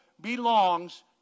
belongs